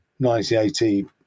1980